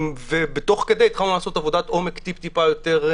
ותוך כדי התחלנו לעשות עבודת עומק יותר משמעותית,